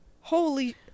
Holy